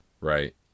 right